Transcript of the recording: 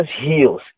heals